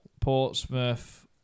Portsmouth